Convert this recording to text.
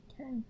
Okay